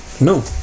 No